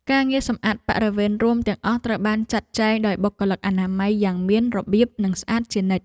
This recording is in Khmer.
ការងារសម្អាតបរិវេណរួមទាំងអស់ត្រូវបានចាត់ចែងដោយបុគ្គលិកអនាម័យយ៉ាងមានរបៀបនិងស្អាតជានិច្ច។